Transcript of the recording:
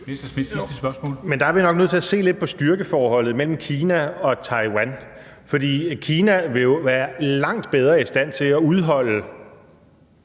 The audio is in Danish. men der er vi nok nødt til at se lidt på styrkeforholdet mellem Kina og Taiwan, for Kina vil jo være langt bedre i stand til at udholde,